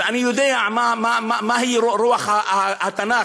ואני יודע מה רוח התנ"ך.